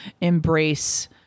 embrace